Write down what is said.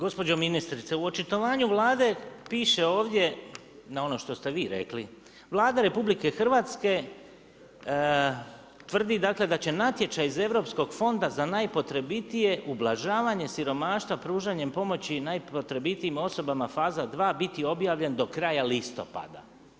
Gospođo ministrice, u očitovanju Vlade, piše ovdje, na ono što ste vi rekli, Vlada RH tvrdi dakle da će natječaj iz Europskog fonda za najpotrebitije ublažavanje siromaštva, pružanjem pomoći i najpotrebitijim osobama faza 2 biti objavljen do kraja listopada.